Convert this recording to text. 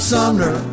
Sumner